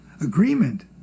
agreement